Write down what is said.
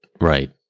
Right